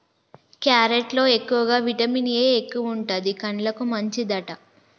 carrot లో ఎక్కువగా vitamin A ఎక్కువుంటది, కండ్లకు మంచిదట